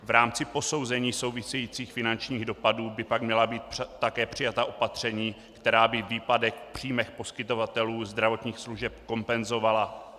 V rámci posouzení souvisejících finančních dopadů by pak měla být také přijata opatření, která by výpadek v příjmech poskytovatelů zdravotních služeb kompenzovala.